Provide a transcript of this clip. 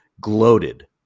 gloated